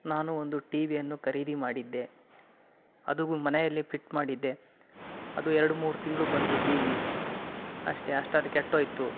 ನಾನು ಒಂದು ಟಿ ವಿಯನ್ನು ಖರೀದಿ ಮಾಡಿದ್ದೆ ಅದು ಮನೆಯಲ್ಲಿ ಫಿಟ್ ಮಾಡಿದ್ದೆ ಅದು ಎರಡು ಮೂರು ತಿಂಗಳು ಬಂತು ಟಿ ವಿ ಅಷ್ಟೇ ಅಷ್ಟ್ರಲ್ಲಿ ಕೆಟ್ಟು ಹೋಯ್ತು